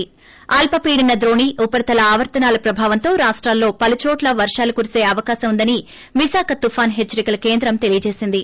ి అల్పీడన ద్రోణి ఉపరితల ఆవర్తనాల ప్రభావంతో రాష్టంలో పలు చోట్ల వర్షాలు కురిసే అవకాశం ఉందని విశాఖ తుఫాన్ హెచ్చరికల కేంద్రం తెలియజేసింది